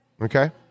Okay